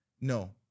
No